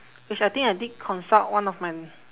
which I think I did consult one of my